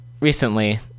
Recently